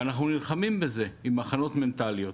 ואנחנו נלחמים בזה עם הכנות מנטליות,